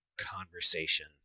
conversation